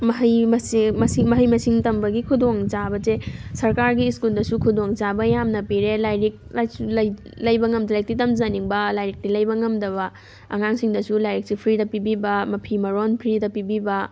ꯃꯍꯩ ꯃꯁꯤꯡ ꯃꯍꯩ ꯃꯁꯤꯡ ꯇꯝꯕꯒꯤ ꯈꯨꯗꯣꯡ ꯆꯥꯕꯁꯦ ꯁꯔꯀꯥꯔꯒꯤ ꯁ꯭ꯀꯨꯜꯅꯁꯨ ꯈꯨꯗꯣꯡ ꯆꯥꯕ ꯌꯥꯝꯅ ꯄꯤꯔꯦ ꯂꯥꯏꯔꯤꯛ ꯂꯥꯏꯁꯨ ꯂꯩꯕ ꯉꯝꯗꯕ ꯂꯥꯏꯔꯤꯛꯇꯤ ꯇꯝꯖꯅꯤꯡꯕ ꯂꯥꯏꯔꯤꯛꯇꯤ ꯂꯩꯕ ꯉꯝꯗꯕ ꯑꯉꯥꯡꯁꯤꯡꯗꯁꯨ ꯂꯥꯏꯔꯤꯛꯁꯦ ꯐ꯭ꯔꯤꯗ ꯄꯤꯕꯤꯕ ꯃꯐꯤ ꯃꯔꯣꯟ ꯐ꯭ꯔꯤꯗ ꯄꯤꯕꯤꯕ